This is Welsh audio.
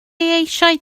eisiau